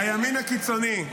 הימין הקיצוני.